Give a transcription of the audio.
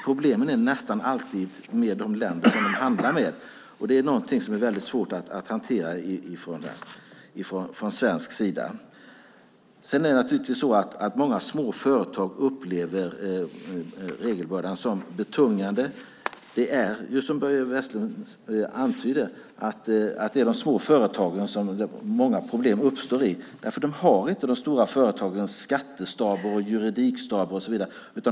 Problemen hänger nästan alltid samman med de länder som de hamnar med. Det är någonting som är väldigt svårt att hantera från svensk sida. Många små företag upplever naturligtvis regelbördan som betungande. Det är som Börje Vestlund antyder. Det är i de små företagen som många problem uppstår eftersom de inte har de stora företagens skattestaber och juridikstaber och så vidare.